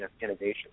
innovation